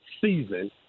season